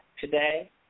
today